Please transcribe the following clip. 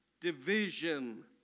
division